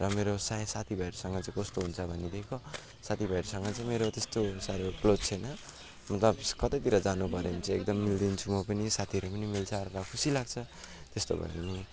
र मेरो साह्रै साथी भाइहरूसँग चाहिँ कस्तो हुन्छ भनेदेखिको साथी भाइहरूसँग चाहिँ मेरो त्यस्तो साह्रो क्लोज छैन मतलब कतैतिर जानु पऱ्यो भने चाहिँ एकदम मिलिदिन्छु म पनि साथीहरू पनि मिल्छ अर्कै खुसी लाग्छ त्यस्तो भयो भने